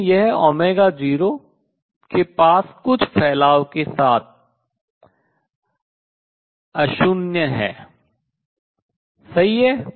लेकिन यह उस 0 के पास कुछ फैलाव के साथ अशून्य गैर 0 है सही है